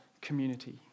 Community